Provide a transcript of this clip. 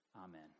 Amen